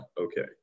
okay